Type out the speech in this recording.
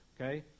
Okay